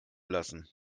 lassen